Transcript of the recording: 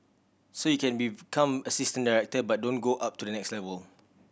so you can become assistant director but don't go up to the next level